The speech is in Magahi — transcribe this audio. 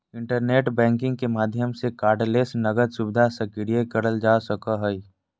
इंटरनेट बैंकिंग के माध्यम से कार्डलेस नकद सुविधा सक्रिय करल जा सको हय